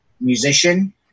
musician